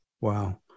Wow